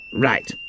right